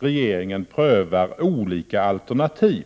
regeringen prövar olika alternativ.